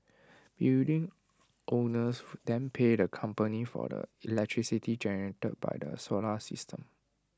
building owners then pay the company for the electricity generated by the solar system